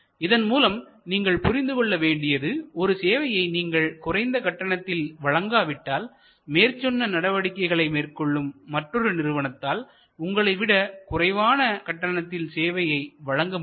இதன் மூலம் நீங்கள் புரிந்து கொள்ள வேண்டியது ஒரு சேவையை நீங்கள் குறைந்த கட்டணத்தில் வழங்காவிட்டால்மேற்சொன்ன நடவடிக்கைகளை மேற்கொள்ளும் மற்றொரு நிறுவனத்தால் உங்களைவிட குறைவான கட்டணத்தில் சேவையை வழங்க முடியும்